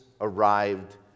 arrived